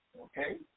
Okay